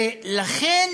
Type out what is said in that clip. ולכן,